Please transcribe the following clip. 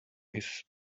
his